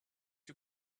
you